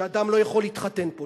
שאדם לא יכול להתחתן פה,